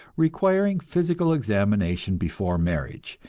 requiring physical examination before marriage,